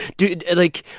do like,